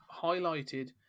highlighted